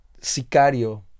sicario